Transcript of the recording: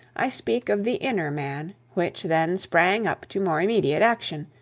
i speak of the inner man, which then sprang up to more immediate action,